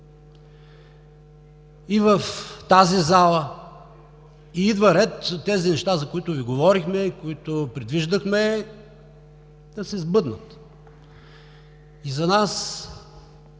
и в тази зала. И идва ред тези неща, за които Ви говорихме и които предвиждахме, да се сбъднат. За нас